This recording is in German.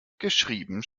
geschrieben